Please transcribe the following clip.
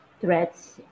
threats